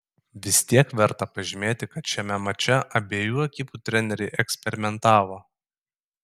vis tik verta pažymėti kad šiame mače abiejų ekipų treneriai eksperimentavo